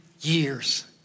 years